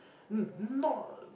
mm not